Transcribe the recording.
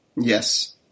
Yes